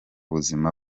buzima